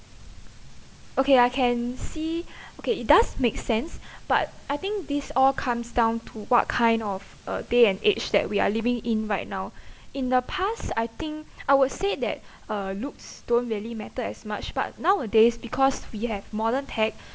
okay I can see okay it does make sense but I think this all comes down to what kind of uh day and age that we are living in right now in the past I think I would say that uh looks don't really matter as much but nowadays because we have modern tech